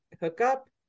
hookup